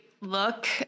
look